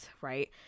Right